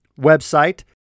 website